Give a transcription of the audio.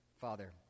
Father